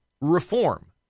reform